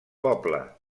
poble